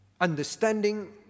understanding